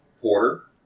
Porter